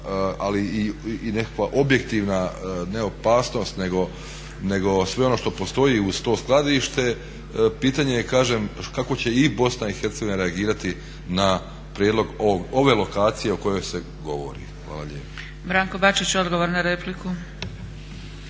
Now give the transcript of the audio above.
ali i nekakva objektivna ne opasnost nego sve ono što postoji uz to skladište pitanje je kažem kako će i Bosna i Hercegovina reagirati na prijedlog ove lokacije o kojoj se govori. Hvala lijepo. **Zgrebec, Dragica (SDP)** Branko Bačić, odgovor na repliku.